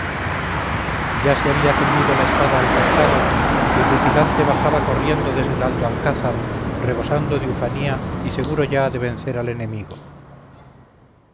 ya se había ceñido la espada al costado y rutilante bajaba corriendo desde el alto alcázar rebosando de ufanía y seguro ya de vencer al enemigo